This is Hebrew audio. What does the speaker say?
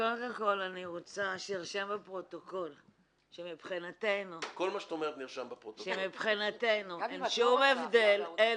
קודם כול אני רוצה לומר שמבחינתנו אין שום הבדל בין